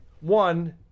one